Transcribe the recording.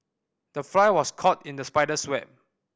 the fly was caught in the spider's web